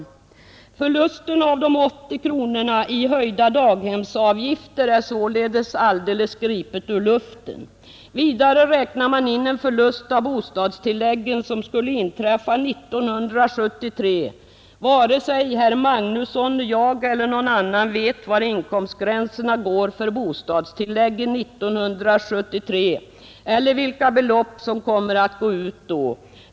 Uppgiften om förlusten av de 80 kronorna i höjda daghemsavgifter är således alldeles gripen ur luften. Vidare räknar man in en förlust av bostadstilläggen som skulle inträffa 1973. Varken herr Magnusson, jag eller någon annan vet var inkomstgränserna går för bostadstilläggen 1973 eller vilka belopp som kommer att gå ut då.